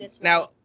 Now